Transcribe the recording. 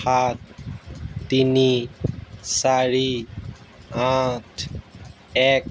সাত তিনি চাৰি আঠ এক